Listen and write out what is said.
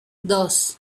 dos